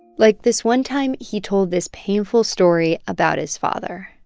like, this one time, he told this painful story about his father.